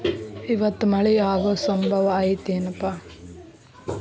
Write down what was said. ಇವತ್ತ ಮಳೆ ಆಗು ಸಂಭವ ಐತಿ ಏನಪಾ?